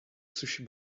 sushi